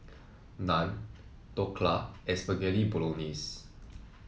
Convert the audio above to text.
Naan Dhokla Spaghetti Bolognese